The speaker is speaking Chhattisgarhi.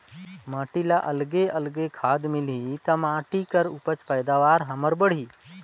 माटी ल अलगे अलगे खाद मिलही त माटी कर उपज पैदावार हमर बड़ही